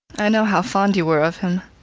i know how fond you were of him.